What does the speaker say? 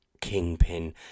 kingpin